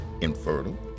infertile